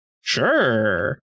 Sure